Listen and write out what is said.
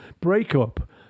breakup